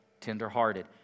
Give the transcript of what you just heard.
tender-hearted